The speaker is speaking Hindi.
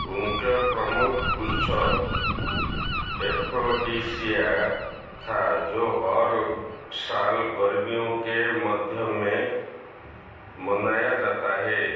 उनका प्रमुख उत्सव एफ्रोडीसिया था जो हर साल गर्मियों के मध्य में मनाया जाता हे